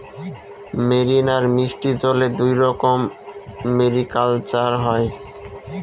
marine আর মিষ্টি জলে দুইরকম মেরিকালচার হয়